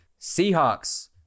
Seahawks